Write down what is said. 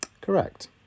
Correct